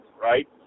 Right